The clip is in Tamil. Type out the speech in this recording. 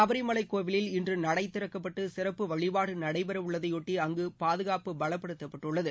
சபரிமலை கோவிலில் இன்று நடை திறக்கப்பட்டு சிறப்பு வழிபாடு நடைபெற உள்ளதைபொட்டி அங்கு பாதுகாப்பு பலப்படுத்தப்பட்டுள்ளது